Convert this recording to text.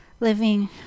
Living